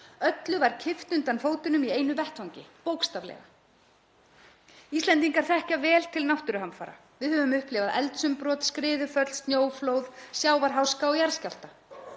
öllu var kippt undan fótunum í einu vetfangi, bókstaflega. Íslendingar þekkja vel til náttúruhamfara. Við höfum upplifað eldsumbrot, skriðuföll, snjóflóð, sjávarháska og jarðskjálfta.